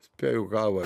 spėju kavą